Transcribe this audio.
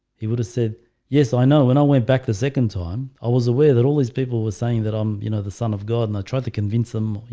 he would have said yes. i know when i went back the second time i was aware that all these people were saying that i'm you know, the son of god and i tried to convince them you